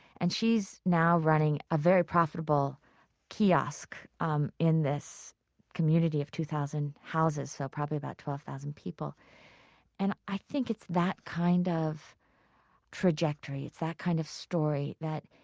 and she's now running a very profitable kiosk um in this community of two thousand houses, so probably about twelve thousand people and i think it's that kind of trajectory, it's that kind of story that,